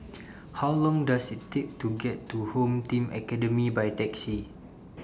How Long Does IT Take to get to Home Team Academy By Taxi